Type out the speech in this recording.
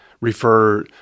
refer